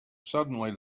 suddenly